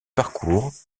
parcours